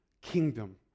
kingdom